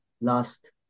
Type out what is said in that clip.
last